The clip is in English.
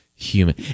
human